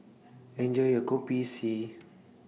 Enjoy your Kopi C